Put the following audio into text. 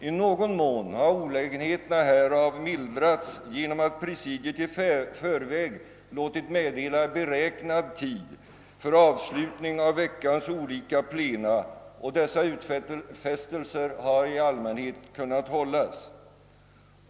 I någon mån har olägenheterna härav kanske mildrats genom att presidiet i förväg låtit meddela beräknad tid för avslutning av veckans olika plena och att dessa utfästelser i allmänhet kunnat hållas.